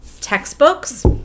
textbooks